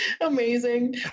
amazing